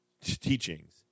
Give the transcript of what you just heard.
teachings